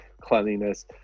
cleanliness